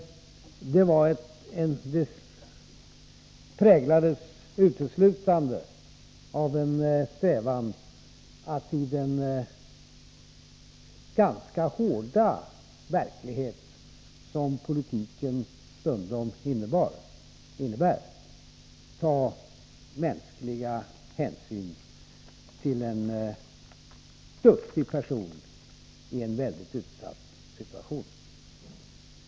Det hela präglades uteslutande av en strävan att i den ganska hårda verklighet som politiken stundom innebär ta mänskliga hänsyn till en duktig person i en mycket utsatt situation.